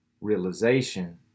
realization